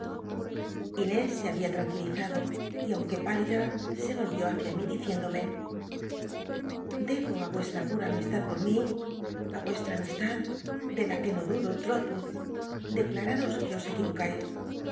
inés se habia lram uili ado y aunque ptilida se y oivió hücia mí diciéndome debo yuestra pura nmistad por mi i yuestra amistad de la que no dudo l rotwoou declararos que os equi